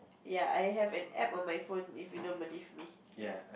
ya I have an App on my phone if you don't believe me